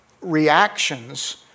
reactions